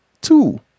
two